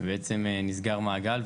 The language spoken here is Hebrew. ובעצם נסגר מעגל,